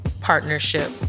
partnership